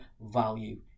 value